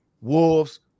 Wolves